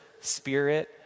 Spirit